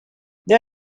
they